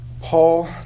Paul